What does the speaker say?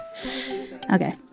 Okay